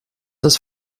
das